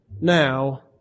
now